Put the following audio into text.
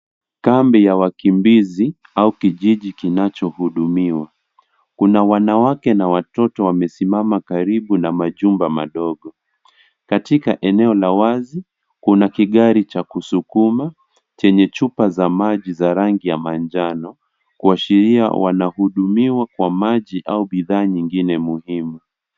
Kambi ya wakimbizi au kijiji kinachohudumiwa kuna wanawake na watoto wamesimama karibu na majumba madogo . Katika eneo la wazi kuna kigari cha kusukuma chenye chupa za rangi ya manjano kuashiria wanahudumiwa kwa maji au bidhaa nyingine muhimu.